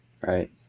Right